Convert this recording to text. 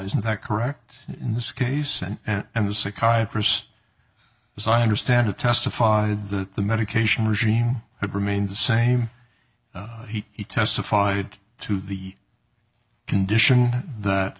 isn't that correct in this case and i was psychiatrist as i understand it testified that the medication regime had remained the same he testified to the condition that